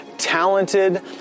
Talented